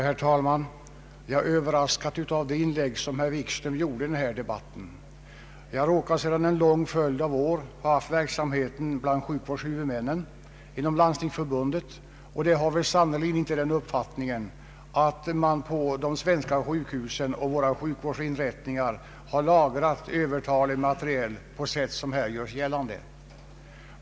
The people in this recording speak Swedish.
Herr talman! Jag är överraskad av herr Wikströms inlägg i denna debatt. Jag råkar sedan en lång följd av år vara verksam bland sjukvårdshuvudmännen inom Landstingsförbundet, och där har vi sannerligen inte den uppfattningen att man på våra svenska sjukvårdsinrättningar lagrat övertalig materiel på sätt som här görs gällande.